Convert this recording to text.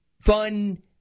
fun